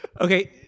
Okay